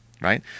right